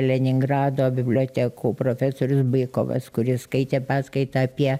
leningrado bibliotekų profesorius bykovas kuris skaitė paskaitą apie